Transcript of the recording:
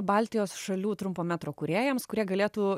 baltijos šalių trumpo metro kūrėjams kurie galėtų